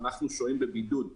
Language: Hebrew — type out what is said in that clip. אנחנו שוהים בבידוד בחו"ל.